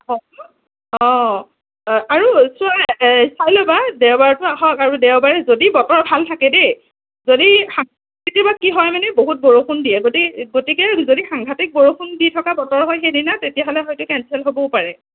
অ অ আৰু চোৱা চাই ল'বা দেওবাৰটো আহক আৰু দেওবাৰে যদি বতৰ ভাল থাকে দেই যদি কি হয় মানে বহুত বৰষুণ দিয়ে গতি গতিকে যদি সাংঘাতিক বৰষুণ দি থকা বতৰ হয় সেইদিনা তেতিয়াহ'লে হয়তো কেঞ্চেল হ'বও পাৰে